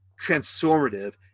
transformative